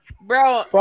bro